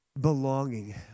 Belonging